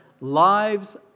Lives